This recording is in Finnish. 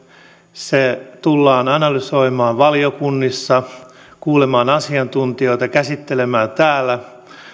se tullaan analysoimaan valiokunnissa tullaan kuulemaan asiantuntijoita se tullaan käsittelemään täällä